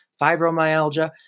fibromyalgia